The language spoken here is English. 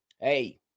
hey